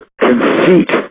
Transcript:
Conceit